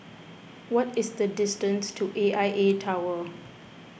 what is the distance to A I A Tower